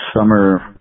Summer